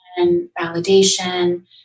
validation